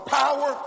power